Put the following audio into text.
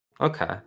Okay